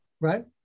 Right